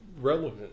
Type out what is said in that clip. relevant